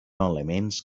elements